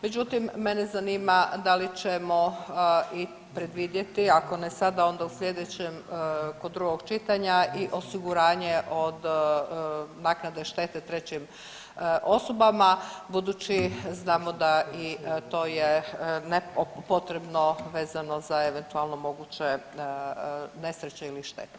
Međutim, mene zanima da li ćemo i predvidjeti, ako ne sada, onda u sljedećem, kod drugog čitanja i osiguranje od naknade štete trećim osobama budući znamo da i to je nepotrebno vezano za eventualno moguće nesreće ili štete.